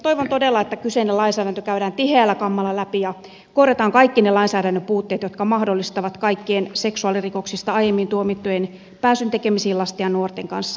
toivon todella että kyseinen lainsäädäntö käydään tiheällä kammalla läpi ja korjataan kaikki ne lainsäädännön puutteet jotka mahdollistavat kaikkien seksuaalirikoksista aiemmin tuomittujen pääsyn tekemisiin lasten ja nuorten kanssa